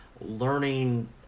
learning